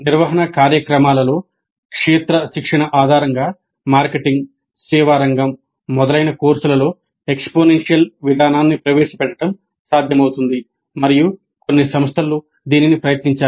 నిర్వహణ కార్యక్రమాలలో క్షేత్ర శిక్షణ ఆధారంగా మార్కెటింగ్ సేవా రంగం మొదలైన కోర్సులలో ఎక్స్పోనెన్షియల్ విధానాన్ని ప్రవేశపెట్టడం సాధ్యమవుతుంది మరియు కొన్ని సంస్థలు దీనిని ప్రయత్నించాయి